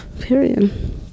period